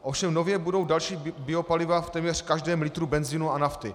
Ovšem nově budou další biopaliva v téměř každém litru benzinu a nafty.